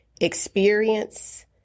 experience